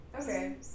Okay